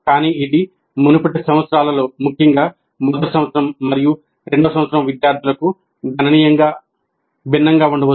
కానీ ఇది మునుపటి సంవత్సరాల్లో ముఖ్యంగా మొదటి సంవత్సరం మరియు రెండవ సంవత్సరం విద్యార్థులకు గణనీయంగా భిన్నంగా ఉండవచ్చు